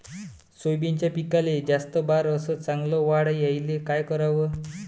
सोयाबीनच्या पिकाले जास्त बार अस चांगल्या वाढ यायले का कराव?